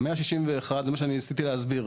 זה מה שניסיתי להסביר.